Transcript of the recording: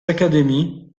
académies